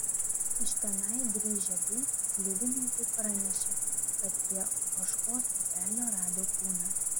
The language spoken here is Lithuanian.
iš tenai grįžę du slidininkai pranešė kad prie ožkos upelio rado kūną